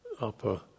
upper